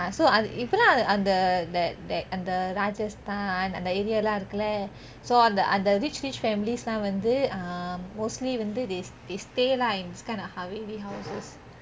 ah so இப்போ அதெல்லாம் அந்த: ippo athelaam antha that that அந்த ராஜஸ்தான் அந்த:antha rajasthaan antha area lah இருக்குலே:irukulle so அந்த அந்த:antha antha rich rich families lah வந்து:vanthu um mostly வந்து:vanthu they they stay lah in this kind of haveli houses